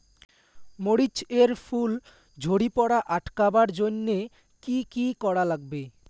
মরিচ এর ফুল ঝড়ি পড়া আটকাবার জইন্যে কি কি করা লাগবে?